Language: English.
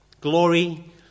Glory